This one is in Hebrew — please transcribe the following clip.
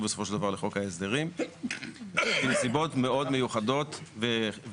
בסופו של דבר לחוק ההסדרים בנסיבות מאוד מיוחדות וחריגות.